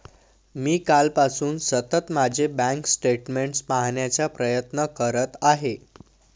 मी कालपासून सतत माझे बँक स्टेटमेंट्स पाहण्याचा प्रयत्न करत आहे